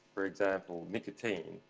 for example, nicotine,